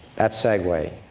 that's segway.